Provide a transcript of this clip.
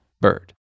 bird